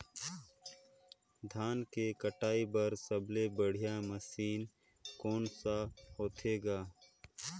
धान के कटाई बर सबले बढ़िया मशीन कोन सा होथे ग?